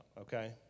okay